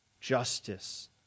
justice